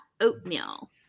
oatmeal